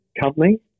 company